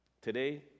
Today